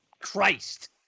Christ